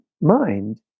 mind